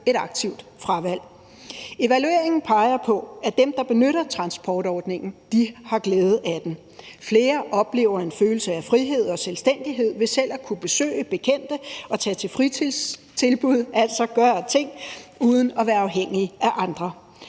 et aktivt fravalg. Evalueringen peger på, at dem, der benytter transportordningen, har glæde af den. Flere oplever en følelse af frihed og selvstændighed ved selv at kunne besøge bekendte og tage til fritidstilbud, altså at gøre ting uden at være afhængig af andre.